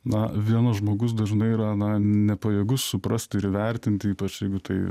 na vienas žmogus dažnai yra na nepajėgus suprast ir vertint ypač jeigu tai